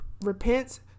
repents